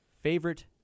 Favorite